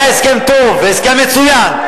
היה הסכם טוב והסכם מצוין.